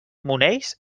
monells